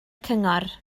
cyngor